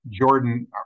jordan